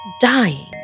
Dying